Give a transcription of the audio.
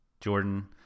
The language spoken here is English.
Jordan